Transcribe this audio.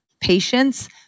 patience